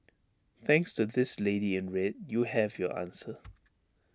thanks to this lady in red you have your answer